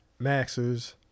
maxers